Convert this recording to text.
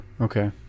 Okay